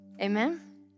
Amen